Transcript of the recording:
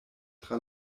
tra